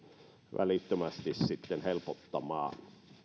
välittömästi helpottamaan